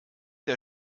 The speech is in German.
der